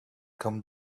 come